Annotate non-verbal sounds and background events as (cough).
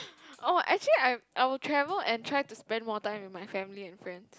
(breath) oh actually I I will travel and try to spend more time with my family and friends